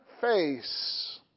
face